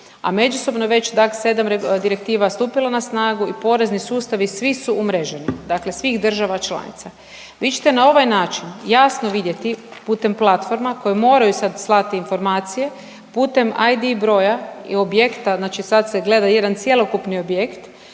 a međusobno je već 7 direktiva stupilo na snagu i porezni sustav i svi su umreženi, dakle svih država članica. Vi ćete na ovaj način jasno vidjeti putem platforma koje moraju sad slati informacije putem ID broja i objekta, znači sad se gleda jedan cjelokupni objekt